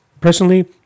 personally